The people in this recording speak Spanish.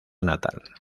natal